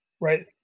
right